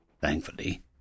thankfully